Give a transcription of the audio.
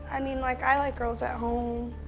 i mean, like, i like girls at home.